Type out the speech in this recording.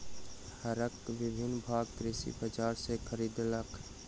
हरक विभिन्न भाग कृषक बजार सॅ खरीदलक